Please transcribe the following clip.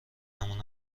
نمونه